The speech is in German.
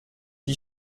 die